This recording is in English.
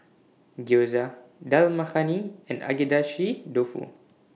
Gyoza Dal Makhani and Agedashi Dofu